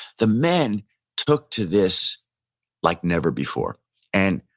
the men took to this like never before and,